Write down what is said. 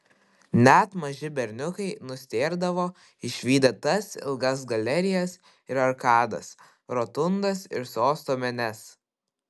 net maži berniukai nustėrdavo išvydę tas ilgas galerijas ir arkadas rotundas ir sosto menes